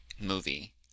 movie